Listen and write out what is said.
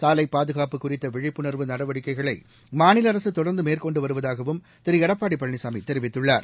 சாலைபாதகாப்பு குறித்தவிழிப்புணர்வு நடவடிக்கைகளைமாநிலஅரசுதொடர்ந்தமேற்கொண்டுவருவதாகவும் திருஎடப்பாடிபழனிசாமிதெரிவித்துள்ளார்